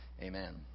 Amen